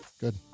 good